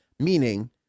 Meaning